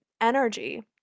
energy